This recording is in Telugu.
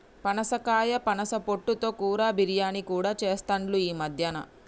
పనసకాయ పనస పొట్టు తో కూర, బిర్యానీ కూడా చెస్తాండ్లు ఈ మద్యన